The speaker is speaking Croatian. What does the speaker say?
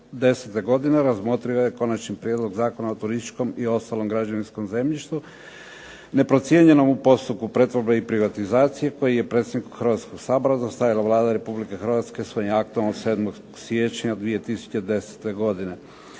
veljače 2010. razmotrio je Konačni prijedlog Zakona o turističkom i ostalom građevinskom zemljištu neprocijenjenom u postupku pretvorbe i privatizacije koje je predsjedniku Hrvatskoga sabora dostavila Vlada Republike Hrvatske svojim aktom od 7. siječnja 2010. godine.